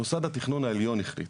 מוסד התכנון העליון החליט.